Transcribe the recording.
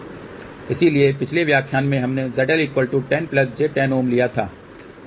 इसलिए पिछले व्याख्यान में हमने ZL 10 j 10 Ω लिया था और फिर हम स्मिथ चार्ट पर स्थित थे